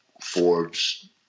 Forbes